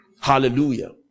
Hallelujah